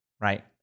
right